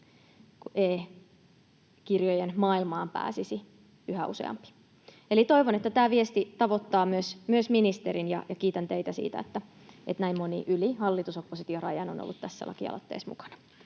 ja e-kirjojen maailmaan pääsisi yhä useampi. Eli toivon, että tämä viesti tavoittaa myös ministerin, ja kiitän teitä siitä, että näin moni yli hallitus—oppositio-rajan on ollut tässä lakialoitteessa mukana.